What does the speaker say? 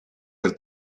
per